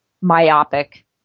myopic